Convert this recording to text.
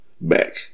back